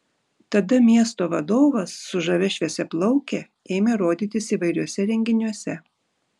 tada miesto vadovas su žavia šviesiaplauke ėmė rodytis įvairiuose renginiuose